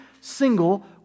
single